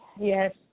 yes